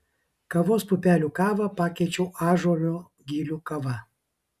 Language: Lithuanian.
kavos pupelių kavą pakeičiau ąžuolo gilių kava